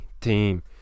team